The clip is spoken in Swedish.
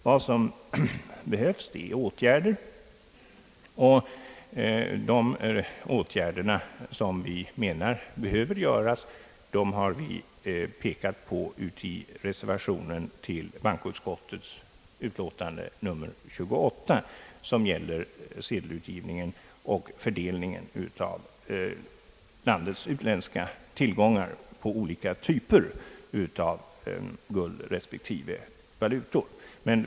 Vad som behövs är åtgärder, och de åtgärder som enligt vår mening behöver vidtas har vi pekat på i reservationen till bankoutskottets utlåtande nr 28, som gäller sedelutgivningen och fördelningen av landets utländska tillgångar på olika typer d. v. s. guld respektive valutor.